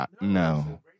No